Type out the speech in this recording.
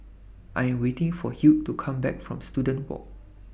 I Am waiting For Hugh to Come Back from Student Walk